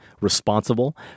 responsible